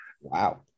Wow